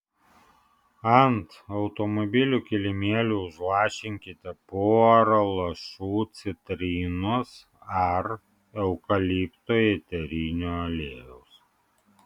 ant automobilių kilimėlių užlašinkite porą lašų citrinos ar eukalipto eterinio aliejaus